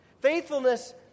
Faithfulness